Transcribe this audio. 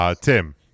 Tim